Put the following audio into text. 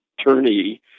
attorney